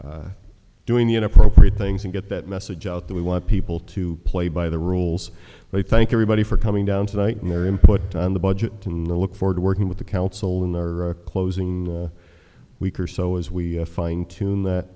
people doing the inappropriate things and get that message out that we want people to play by the rules they thank everybody for coming down tonight and their input on the budget to look forward to working with the council in our closing the week or so as we fine tune that